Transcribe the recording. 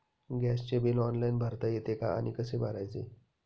गॅसचे bill online भरता येते का आणि कसे भरायचे?